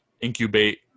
incubate